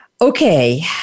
Okay